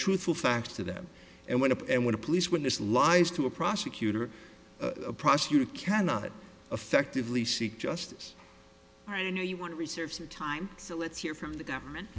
truthful facts to them and when to and when a police witness lives to a prosecutor a prosecutor cannot effectively seek justice i know you want to reserve time so let's hear from the government